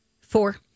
Four